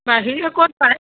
বাহিৰত ক'ত পায়